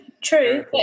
true